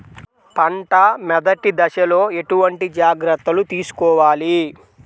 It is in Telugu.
పంట మెదటి దశలో ఎటువంటి జాగ్రత్తలు తీసుకోవాలి?